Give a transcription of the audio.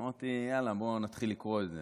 אמרתי: יאללה, בוא נתחיל לקרוא את זה.